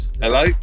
Hello